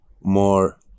more